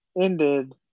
ended